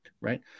right